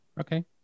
Okay